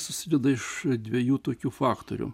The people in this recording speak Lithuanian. susideda iš dviejų tokių faktorių